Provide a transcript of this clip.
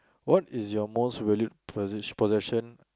what is your most valued posses~ possession